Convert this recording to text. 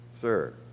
sir